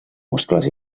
muscles